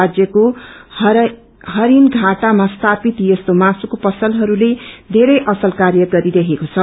राज्यको इरिनधारामा स्थापित यस्तो मासुको पसलहस्को धेरै असल कार्य गरिरहेको छ